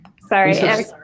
sorry